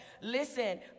Listen